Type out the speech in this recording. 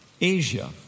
Asia